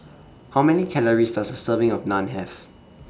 How Many Calories Does A Serving of Naan Have